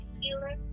healer